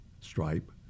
stripe